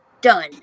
done